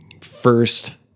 first